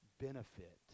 benefit